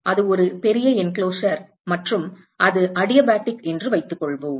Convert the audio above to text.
அது ஒரு பெரிய அடைப்பு மற்றும் அது அடியாபாடிக் என்று வைத்துக்கொள்வோம்